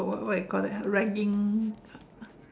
what what what you call that ah ragging